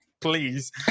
please